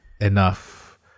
enough